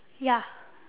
ya